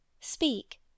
speak